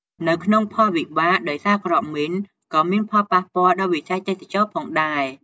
នៅក្នុងផលវិបានដោយសារគ្រាប់មីនក៏មានផលប៉ះពាល់ដល់វិស័យទេសចរណ៍ដែរ។